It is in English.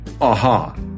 aha